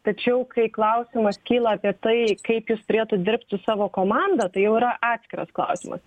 tačiau kai klausimas kyla apie tai kaip jis turėtų dirbt su savo komanda tai jau yra atskiras klausimas